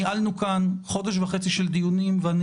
ניהלנו כאן חודש וחצי של דיונים ואני